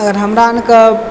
हमर अरके